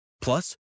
Plus